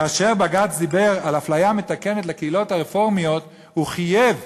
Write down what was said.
כאשר בג"ץ דיבר על אפליה מתקנת לקהילות הרפורמיות הוא חייב,